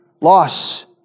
loss